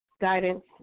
guidance